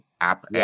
app